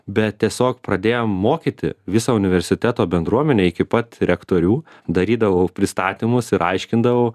bet tiesiog pradėjom mokyti visą universiteto bendruomenę iki pat rektorių darydavau pristatymus ir aiškindavau